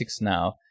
now